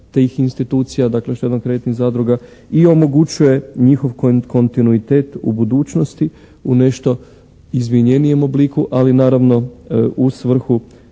dakle štedno-kreditnih zadruga i omogućuje njihov kontinuitet u budućnosti u nešto izvinjenijem obliku ali naravno u svrhu